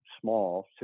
small